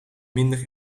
minder